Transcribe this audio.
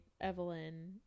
Evelyn